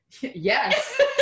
Yes